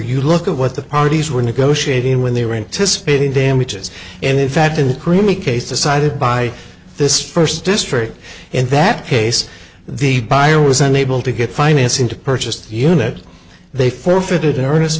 you look at what the parties were negotiating when they were anticipating damages and in fact in the creamy case decided by this first district in that case the buyer was unable to get financing to purchased unit they forfeited